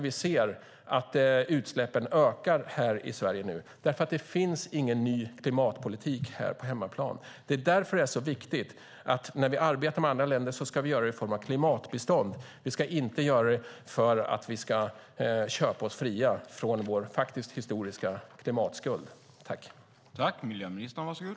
Vi ser att utsläppen ökar här och nu därför att det inte finns någon ny klimatpolitik här på hemmaplan. Därför är det så viktigt att när vi arbetar med andra länder ska vi göra det i form av klimatbistånd. Vi ska inte göra det för att vi vill köpa oss fria från vår faktiska historiska klimatskuld.